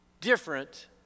Different